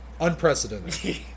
Unprecedented